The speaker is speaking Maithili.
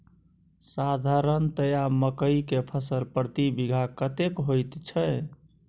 साधारणतया मकई के फसल प्रति बीघा कतेक होयत छै?